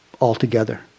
altogether